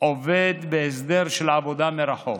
עובד בהסדר של עבודה מרחוק.